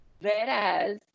Whereas